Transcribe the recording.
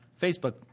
Facebook